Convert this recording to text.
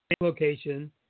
location